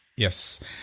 Yes